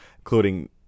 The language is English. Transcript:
including